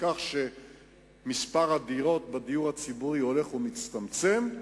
כך שמספר הדירות בדיור הציבורי הולך ומצטמצם.